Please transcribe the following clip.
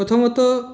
প্রথমত